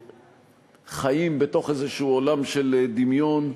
חיים בתוך איזה עולם של דמיון.